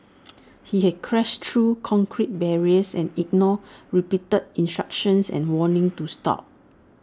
he had crashed through concrete barriers and ignored repeated instructions and warnings to stop